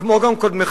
כמו גם קודמך,